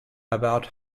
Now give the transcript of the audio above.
about